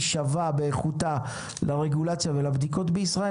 שווה באיכותה לרגולציה ולבדיקות בישראל,